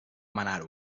manar